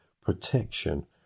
protection